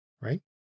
right